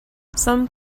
some